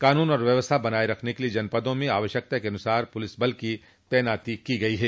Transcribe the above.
कानून और व्यवस्था बनाये रखने के लिए जनपदों में आवश्यकता के अनुसार पुलिस बल की तैनाती की गई है